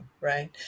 right